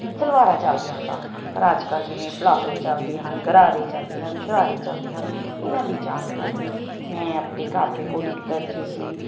ਸਲਵਾਰਾਂ ਚੱਲਦੀਆਂ ਸਨ ਪਰ ਅੱਜ ਕੱਲ ਜਿਵੇਂ ਪਲਾਜ਼ੋ ਚੱਲਦੇ ਹਨ ਗਰਾਰੇ ਚੱਲਦੇ ਹਨ ਸ਼ਰਾਰੇ ਚਲਦੇ ਹਨ ਇਹਨਾਂ ਦੀ ਜਾਣਕਾਰੀ ਮੈਂ ਆਪਣੇ ਘਰ ਦੇ ਕੋਲ ਇੱਕ ਦਰਜੀ ਸੀ